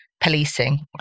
policing